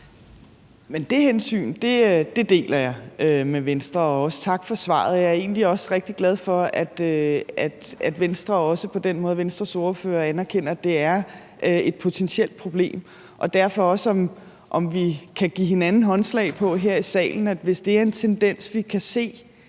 det hensyn deler jeg med Venstre, og også tak for svaret. Jeg er egentlig også rigtig glad for, at Venstres ordfører anerkender, at det er et potentielt problem, og derfor vil jeg også høre, om vi kan give hinanden håndslag på her i salen, at hvis det er en tendens, vi kan se